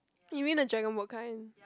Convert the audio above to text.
you mean the dragon boat kind